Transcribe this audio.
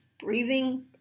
breathing